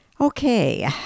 Okay